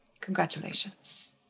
Congratulations